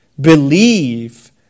believe